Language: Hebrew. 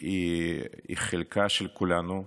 היא נחלת כולנו,